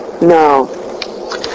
No